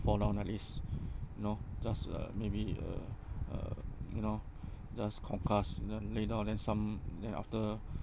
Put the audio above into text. fall down at least you know just uh maybe uh uh you know just concuss you know lay down then some then after